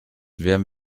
wärmen